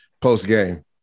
post-game